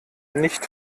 nicht